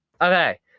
okay